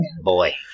Boy